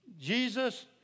Jesus